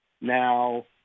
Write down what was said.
now